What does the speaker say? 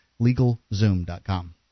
LegalZoom.com